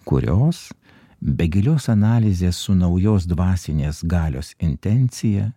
kurios be gilios analizės su naujos dvasinės galios intencija